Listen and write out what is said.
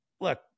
Look